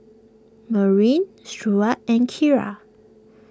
Merwin Stewart and Kira